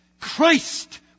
Christ